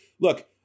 Look